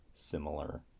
similar